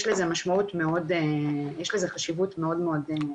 יש לזה חשיבות מאוד גדולה.